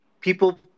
people